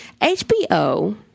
HBO